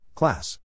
Class